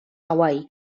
hawaii